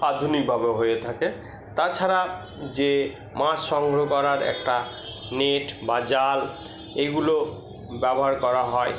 আধুনিকভাবে হয়ে থাকে তাছাড়া যে মাছ সংগ্রহ করার একটা নেট বা জাল এইগুলো ব্যবহার করা হয়